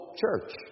church